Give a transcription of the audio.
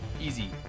Easy